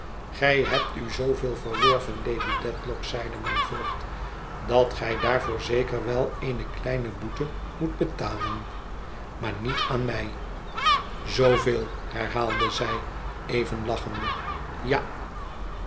gij hebt u zooveel verworven lady dedlock zeide mijn voogd dat gij daarvoor zeker wel eene kleine boete moet betalen maar niet aan mij zooveel herhaalde zij even lachende ja